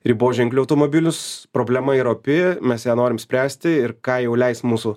riboženkliu automobilius problema yra opi mes ją norim spręsti ir ką jau leis mūsų